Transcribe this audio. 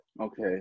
Okay